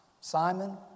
Simon